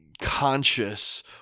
conscious